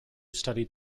studied